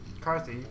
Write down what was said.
Carthy